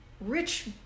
rich